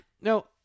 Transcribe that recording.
no